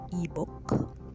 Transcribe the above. ebook